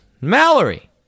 Mallory